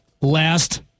last